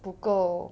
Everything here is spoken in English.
不够